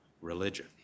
religion